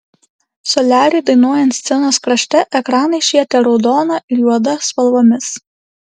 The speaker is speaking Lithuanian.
soliariui dainuojant scenos krašte ekranai švietė raudona ir juoda spalvomis